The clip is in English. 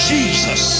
Jesus